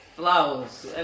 Flowers